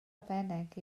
arbennig